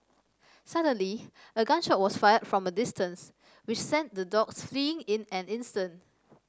suddenly a gun shot was fired from a distance which sent the dogs fleeing in an instant